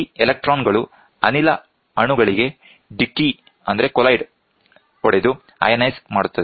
ಈ ಎಲೆಕ್ಟ್ರಾನ್ ಗಳು ಅನಿಲ ಅಣುಗಳಿಗೆ ಡಿಕ್ಕಿ ಹೊಡೆದು ಅಯಾನೈಸ್ ಮಾಡುತ್ತದೆ